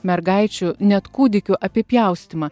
mergaičių net kūdikių apipjaustymą